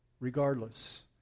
Regardless